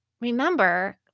remember